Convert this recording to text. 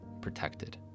protected